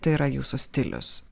tai yra jūsų stilius